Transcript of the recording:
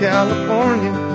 California